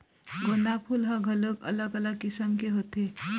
गोंदा फूल ह घलोक अलग अलग किसम के होथे